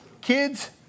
Kids